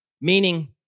Meaning